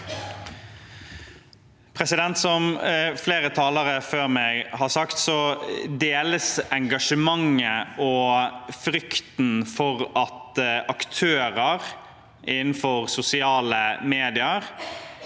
Som flere talere før meg har sagt, deles engasjementet og frykten for at aktører innenfor sosiale medier